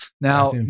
Now